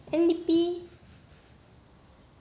N_D_P